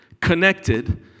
connected